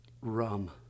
rum